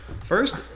First